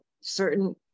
certain